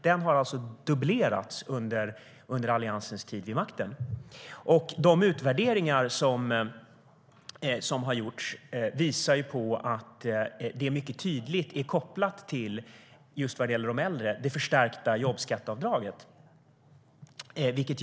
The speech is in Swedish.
Den har alltså dubblerats under Alliansens tid vid makten.De utvärderingar som har gjorts just vad gäller de äldre visar att det är mycket tydligt kopplat till det förstärkta jobbskatteavdraget.